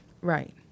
Right